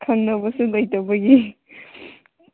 ꯈꯪꯅꯕꯁꯨ ꯂꯩꯇꯕꯒꯤ